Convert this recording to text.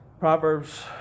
Proverbs